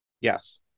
yes